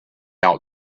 out